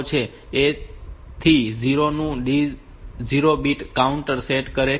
તે A થી 0 નું D0 બીટ કાઉન્ટર સેટ કરે છે